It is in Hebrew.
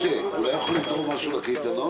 שר התחבורה והבטיחות בדרכים בצלאל סמוטריץ':